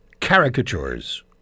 caricatures